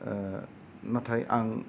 नाथाय आं